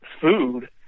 food